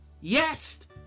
yes